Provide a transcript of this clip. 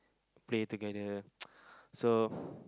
play together so